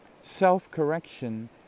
self-correction